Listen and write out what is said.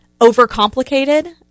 overcomplicated